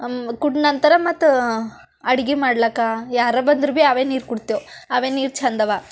ಕುಡಿದ ನಂತರ ಮತ್ತೆ ಅಡ್ಗೆ ಮಾಡ್ಲಿಕ್ಕ ಯಾರೇ ಬಂದರೂ ಭಿ ಅವೇ ನೀರು ಕೊಡ್ತೇವೆ ಅವೇ ನೀರು ಚಂದವಾ